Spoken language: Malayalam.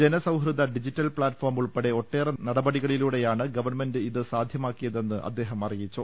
ജനസൌ ഹൃദ ഡിജിറ്റൽ പ്ലാറ്റ് ഫോം ഉൾപ്പെടെ ഒട്ടേറെ നടപടികളിലൂടെ യാണ് ഗവൺമെന്റ് ഇത് സാധ്യമാക്കിയതെന്ന് അദ്ദേഹം അറിയി ച്ചു